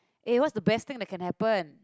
eh what's the best thing that can happen